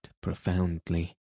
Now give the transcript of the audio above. profoundly